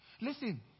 Listen